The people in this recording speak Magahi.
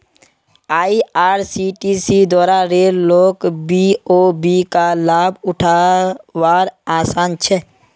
आईआरसीटीसी द्वारा रेल लोक बी.ओ.बी का लाभ उठा वार आसान छे